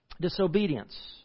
Disobedience